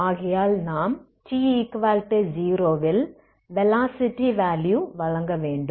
ஆகையால் நாம் t0ல் வெலோஸிட்டி வேலுயு வழங்க வேண்டும்